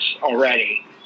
already